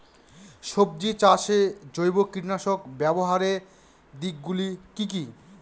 সবজি চাষে জৈব কীটনাশক ব্যাবহারের দিক গুলি কি কী?